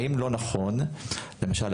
האם לא נכון למשל,